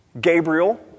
Gabriel